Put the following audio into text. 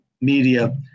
media